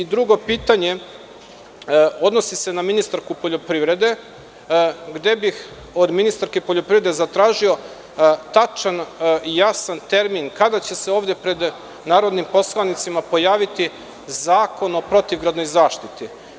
Drugo pitanje odnosi se na ministarku poljoprivrede, gde bih od ministarke poljoprivrede zatražio tačan i jasan termin kada će se ovde pred narodnim poslanicima pojaviti Zakon o protivgradnoj zaštiti.